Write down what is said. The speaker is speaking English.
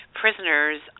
prisoners